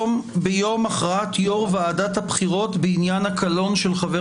"ביום הכרעת יו"ר ועדת הבחירות בעניין הקלון של חבר